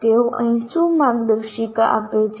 તેઓ અહીં શું માર્ગદર્શિકા આપે છે